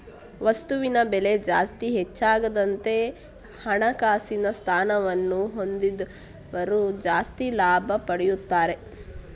ವಸ್ತುವಿನ ಬೆಲೆ ಜಾಸ್ತಿ ಹೆಚ್ಚಾದಂತೆ ಹಣಕಾಸಿನ ಸ್ಥಾನವನ್ನ ಹೊಂದಿದವರು ಜಾಸ್ತಿ ಲಾಭ ಪಡೆಯುತ್ತಾರೆ